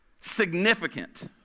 significant